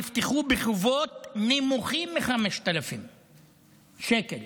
נפתחו בחובות נמוכים מ-5,000 שקל.